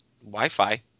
Wi-Fi